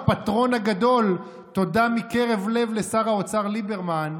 "הפטרון הגדול" תודה מקרב לב לשר האוצר ליברמן,